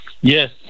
Yes